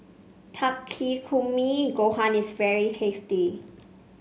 Takikomi Gohan is very tasty